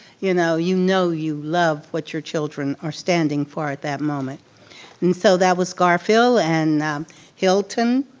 you know you know you love what your children are standing for at that moment and so that was gar-field and hylton.